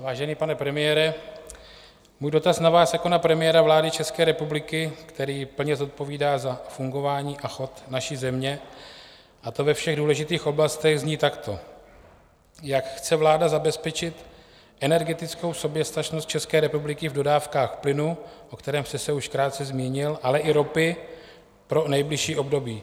Vážený pane premiére, můj dotaz na vás jako na premiéra vlády České republiky, který plně zodpovídá za fungování a chod naší země, a to ve všech důležitých oblastech, zní takto: Jak chce vláda zabezpečit energetickou soběstačnost České republiky v dodávkách plynu, o kterém jste se už krátce zmínil, ale i ropy pro nejbližší období?